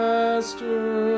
Master